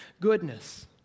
goodness